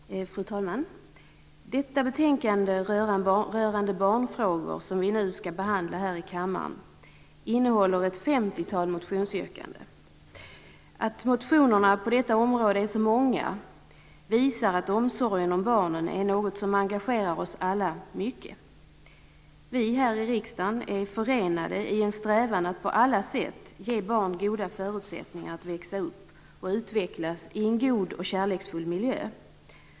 Fru talman! Detta betänkande rörande barnfrågor som vi nu skall behandla här i kammaren innehåller ett femtiotal motionsyrkanden. Att motionerna på detta område är så många visar att omsorgen om barnen är något som engagerar oss alla mycket. Vi här i riksdagen är förenade i en strävan att på alla sätt ge barn goda förutsättningar och utvecklas i en god och kärleksfull miljö.